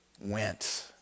went